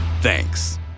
Thanks